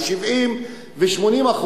ל-70% ו-80%: